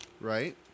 right